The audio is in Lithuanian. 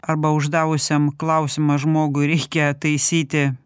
arba uždavusiam klausimą žmogui reikia taisyti